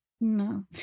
No